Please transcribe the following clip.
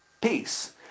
Peace